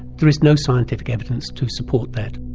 there is no scientific evidence to support that.